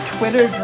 Twitter